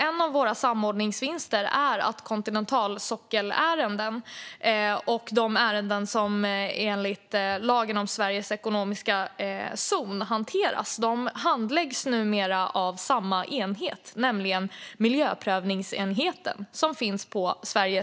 En av våra samordningsvinster är att kontinentalsockelärenden och de ärenden som hanteras enligt lagen om Sveriges ekonomiska zon numera handläggs av samma enhet, nämligen miljöprövningsenheten på